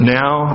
now